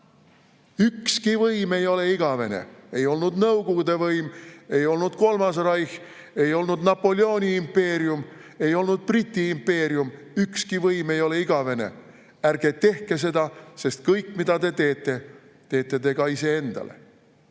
Ükski võim ei ole igavene! Ei olnud Nõukogude võim, ei olnud Kolmas Reich, ei olnud Napoleoni impeerium, ei olnud Briti impeerium – ükski võim ei ole igavene. Ärge tehke seda, sest kõik, mida te teete, teete ka iseendale.